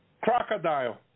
crocodile